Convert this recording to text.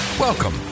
Welcome